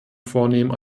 vornehmen